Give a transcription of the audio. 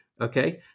okay